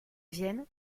vienne